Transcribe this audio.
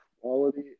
quality